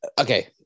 Okay